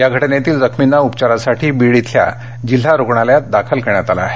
या घटनेतील जखमींना उपचारासाठी बीड इथल्या जिल्हा रूग्णालयात दाखल करण्यात आलं आहे